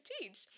teach